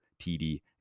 TD